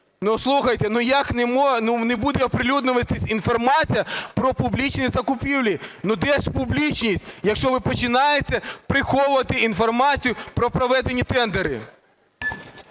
Слухайте, як не буде оприлюднюватись інформація про публічні закупівлі? Де ж публічність, якщо ви починаєте приховувати інформацію про проведені тендери?